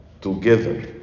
together